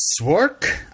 Swark